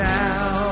now